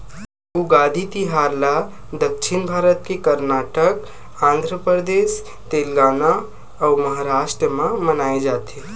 उगादी तिहार ल दक्छिन भारत के करनाटक, आंध्रपरदेस, तेलगाना अउ महारास्ट म मनाए जाथे